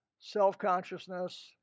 self-consciousness